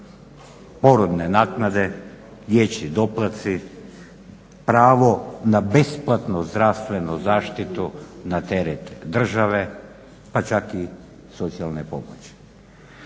Porodne naknade, dječji doplatci, pravo na besplatnu zdravstvenu zaštitu na teret države pa čak i socijalne pomoći.